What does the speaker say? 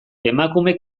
emakume